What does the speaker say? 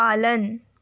पालन